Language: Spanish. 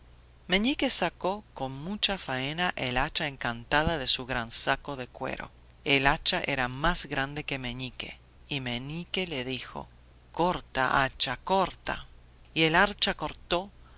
meñique sacó con mucha faena el hacha encantada de su gran saco de cuero el hacha era más grande que meñique y meñique le dijo corta hacha corta y el hacha cortó